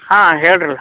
ಹಾಂ ಹೇಳ್ರಲ್ಲಾ